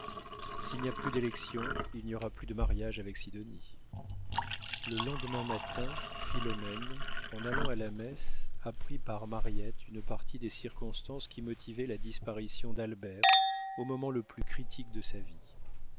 s'il n'y a plus d'élection il n'y aura plus de mariage avec sidonie le lendemain matin philomène en allant à la messe apprit par mariette une partie des circonstances qui motivaient la disparition d'albert au moment le plus critique de sa vie